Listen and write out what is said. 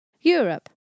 Europe